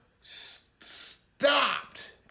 Stopped